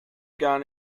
gar